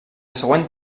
següent